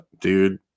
Dude